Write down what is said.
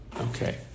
Okay